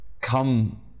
come